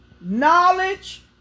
knowledge